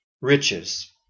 riches